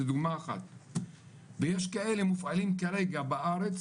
זה דוגמא אחת ושי כאלה מופעלים כרגע בארץ